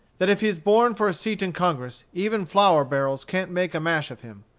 that if he is born for a seat in congress, even flour barrels can't make a mash of him.